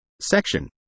Section